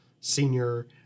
senior